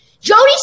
Jody